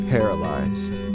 Paralyzed